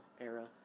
era